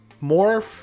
more